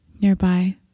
nearby